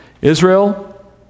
Israel